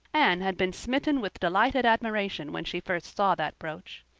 anne had been smitten with delighted admiration when she first saw that brooch.